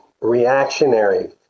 reactionary